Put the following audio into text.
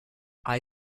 eye